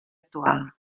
actual